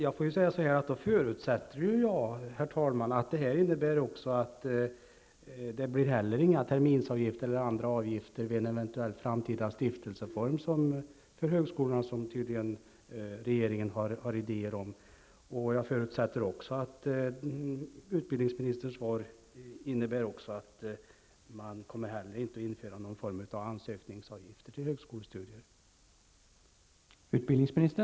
Jag förutsätter därför, herr talman, att detta också innebär att det inte heller blir några terminsavgifter eller andra avgifter vid en eventuell framtida stiftelseform för högskolorna som regeringen tydligen har idéer om. Jag förutsätter också att utbildningsministerns svar innebär att man inte heller kommer att införa någon form av ansökningsavgifter till högskolestudier.